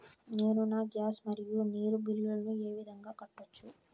నేను నా గ్యాస్, మరియు నీరు బిల్లులను ఏ విధంగా కట్టొచ్చు?